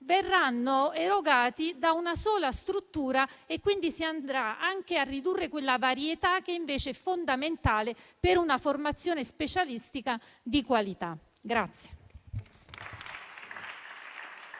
verranno erogati da una sola struttura e quindi si ridurrà la varietà, che invece è fondamentale per una formazione specialistica di qualità.